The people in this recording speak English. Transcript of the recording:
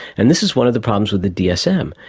and this is one of the problems with the dsm.